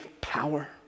power